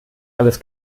alles